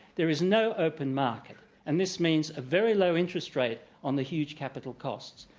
there is no open market and this means a very low interest rate on the huge capital costs.